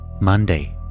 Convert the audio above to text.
monday